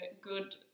good